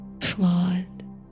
Flawed